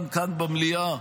גם כאן במליאה,